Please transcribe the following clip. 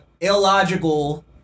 illogical